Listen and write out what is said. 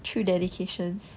true dedication